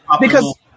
because-